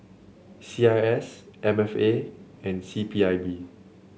C I S M F A and C P I B